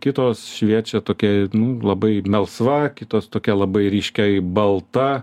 kitos šviečia tokia nu labai melsva kitos tokia labai ryškiai balta